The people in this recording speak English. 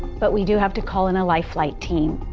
but we do have to call in a life flight team.